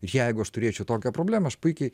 jeigu aš turėčiau tokią problemą aš puikiai